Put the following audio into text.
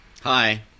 Hi